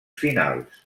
finals